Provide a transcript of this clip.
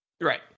Right